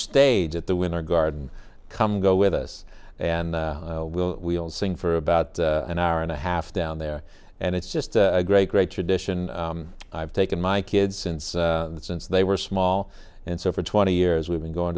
stage at the winter garden come go with us and we'll we'll sing for about an hour and a half down there and it's just a great great tradition i've taken my kids since since they were small and so for twenty years we've been going